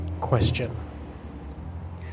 Question